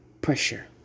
pressure